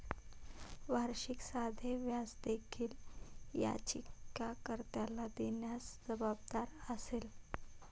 वार्षिक साधे व्याज देखील याचिका कर्त्याला देण्यास जबाबदार असेल